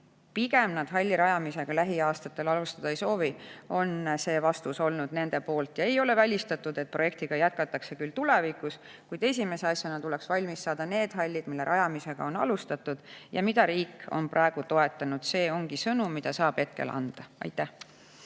ning nad halli rajamist lähiaastatel alustada pigem ei soovi. See on olnud nende vastus. Ei ole välistatud, et projekti jätkatakse küll tulevikus, kuid esimese asjana tuleks valmis saada need hallid, mille rajamist on alustatud ja mida riik on praegu toetanud. See ongi sõnum, mille saab hetkel anda. Aitäh!